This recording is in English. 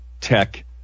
tech